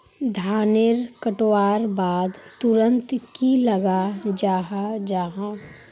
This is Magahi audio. धानेर कटवार बाद तुरंत की लगा जाहा जाहा?